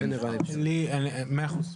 מאה אחוז.